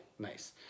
nice